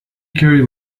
carried